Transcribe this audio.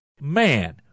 man